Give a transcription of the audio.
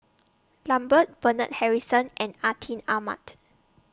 Lambert Bernard Harrison and Atin Amat